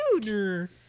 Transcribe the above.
cute